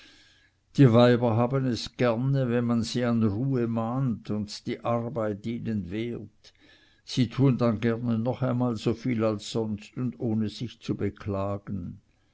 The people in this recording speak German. die weiber haben es gerne wenn man sie an ruhe mahnt und die arbeit ihnen wehrt sie tun dann gerne noch einmal so viel als sonst und ohne sich zu beklagen